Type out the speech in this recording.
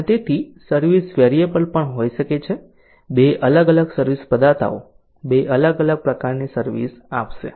અને તેથી service variable પણ હોઈ શકે છે 2 અલગ અલગ સર્વિસ પ્રદાતાઓ 2 અલગ અલગ પ્રકારની સર્વિસ આપશે